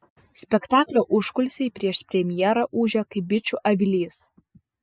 spektaklio užkulisiai prieš premjerą ūžė kaip bičių avilys